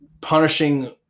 punishing